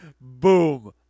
Boom